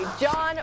John